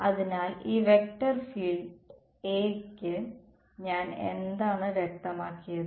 അതിനാൽ ഈ vector field Aക്ക് ഞാൻ എന്താണ് വ്യക്തമാക്കിയത്